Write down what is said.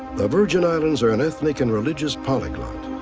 the virgin islands are an ethnic and religious polyglot,